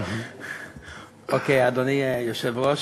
אדוני היושב-ראש,